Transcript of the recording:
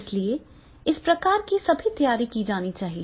इसलिए इस प्रकार की सभी तैयारी की जानी है